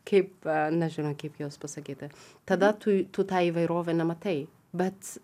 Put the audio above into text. kaip nežinau kaip juos pasakyti tada tu tą įvairovę nematai bet